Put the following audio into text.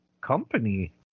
company